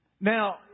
Now